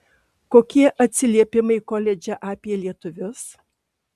kokie atsiliepimai koledže apie lietuvius